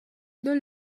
dans